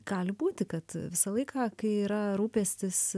gali būti kad visą laiką kai yra rūpestis